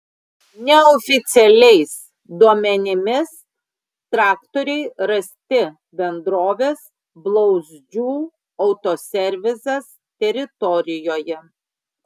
neoficialiais duomenimis traktoriai rasti bendrovės blauzdžių autoservisas teritorijoje